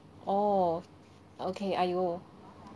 oh okay !aiyo!